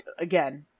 again